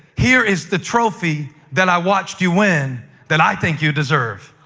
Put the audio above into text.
here is the trophy that i watched you win that i think you deserve.